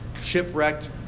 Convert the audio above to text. shipwrecked